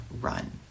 run